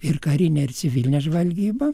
ir karinė ir civilinė žvalgyba